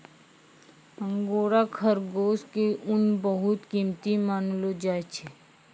angora खरगोश के ऊन बहुत कीमती मानलो जाय छै